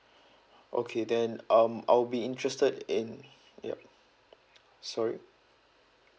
okay then um I'll be interested in yup sorry